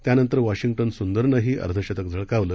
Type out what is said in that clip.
त्यानंतर वॅशिंगटन सुंदरनंही अर्धशतक झळकावलं